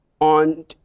on